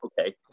Okay